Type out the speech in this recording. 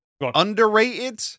underrated